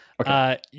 Okay